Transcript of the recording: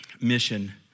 mission